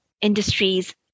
industries